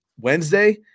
Wednesday